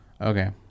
Okay